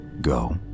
Go